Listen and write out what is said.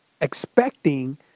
expecting